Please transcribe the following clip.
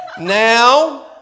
Now